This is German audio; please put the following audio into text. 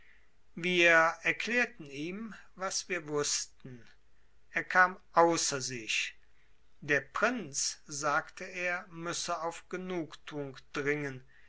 wir erklärten ihm was wir wußten er kam außer sich der prinz sagte er müsse auf genugtuung dringen